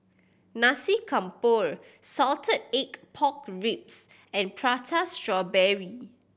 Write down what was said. Nasi Campur salted egg pork ribs and Prata Strawberry